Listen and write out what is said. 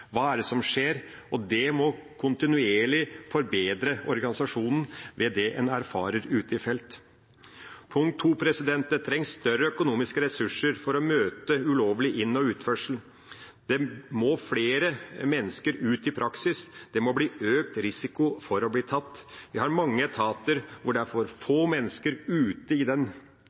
hva det er som skjer, og en må kontinuerlig forbedre organisasjonen med det en erfarer ute i felt. Punkt to: Det trengs større økonomiske ressurser for å møte ulovlig inn- og utførsel. Det må flere mennesker ut i praksis, det må bli økt risiko for å bli tatt. Vi har mange etater hvor det er for få mennesker ute i den